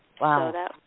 Wow